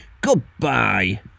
goodbye